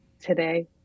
today